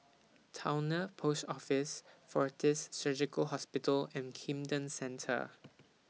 Towner Post Office Fortis Surgical Hospital and Camden Centre